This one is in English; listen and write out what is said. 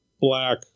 black